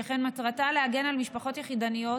שכן מטרתה להגן על משפחות יחידניות